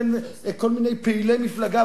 בין כל מיני פעילי מפלגה,